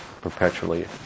perpetually